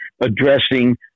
addressing